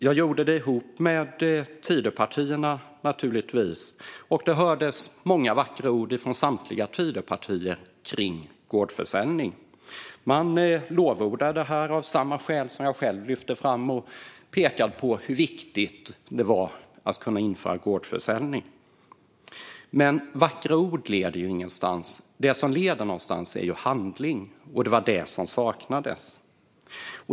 Jag gjorde det ihop med Tidöpartierna, och det hördes många vackra ord från samtliga dessa partier om gårdsförsäljning. Man lovordade det av samma skäl som jag själv lyfter fram och pekade på hur viktigt det är att införa gårdsförsäljning. Men vackra ord leder ingenstans. Det som leder någonstans är handling, och det var detta som saknades.